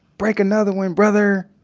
break another one, brother!